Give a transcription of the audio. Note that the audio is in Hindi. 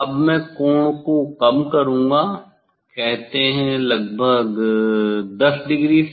अब मैं कोण को कम करूंगा कहते हैं लगभग 10 डिग्री से